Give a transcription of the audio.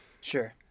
Sure